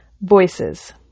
Voices